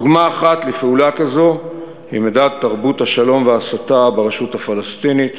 דוגמה אחת לפעולה כזו היא מדד תרבות השלום וההסתה ברשות הפלסטינית,